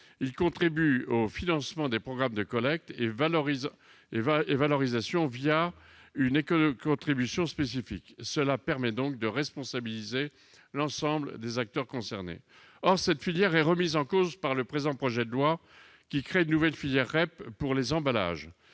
ils contribuent au financement des programmes de collecte et de valorisation via une éco-contribution spécifique. Ce dispositif permet de responsabiliser l'ensemble des acteurs concernés. Or la filière est remise en cause par le présent projet de loi, puisqu'elle crée une nouvelle filière REP pour les emballages